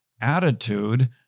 attitude